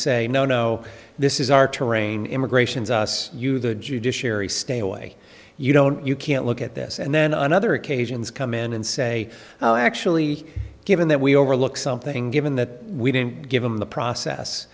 say no no this is our terrain immigration's us you the judiciary stay away you don't you can't look at this and then another occasions come in and say oh actually given that we overlook something given that we didn't give him the process